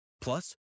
Plus